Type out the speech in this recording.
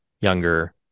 younger